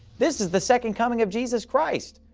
this is the second coming of jesus christ!